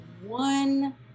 one